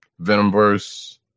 venomverse